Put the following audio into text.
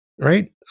right